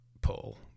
pull